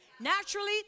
Naturally